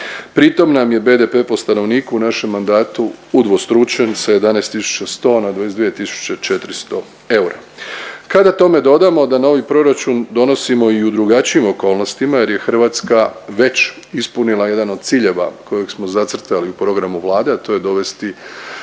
pri tom nam je BDP po stanovniku u našem mandatu udvostručen sa 11,100 na 22,400 eura. Kada tome dodamo da novi proračun donosimo i u drugačijim okolnostima jer je Hrvatska već ispunila jedan od ciljeva kojeg smo zacrtali u programu Vlade, a to je dovesti